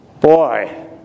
Boy